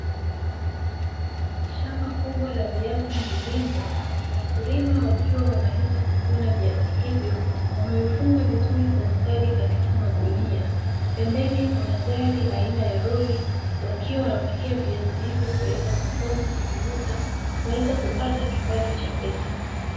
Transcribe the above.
Shamba kubwa la viazi mviringo, wakulima wakiwa wamemaliza kuvuna viazi hivyo, wamevifunga vizuri kwa ustadi katika magunia, pembeni kuna gari aina ya lori wakiwa wanapakia viazi hivyo kupeleka sokoni kuviuza waweze kupata kipato cha pesa.